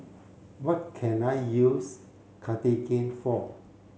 what can I use Cartigain for